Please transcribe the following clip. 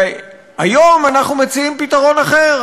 היום אנחנו מציעים פתרון אחר.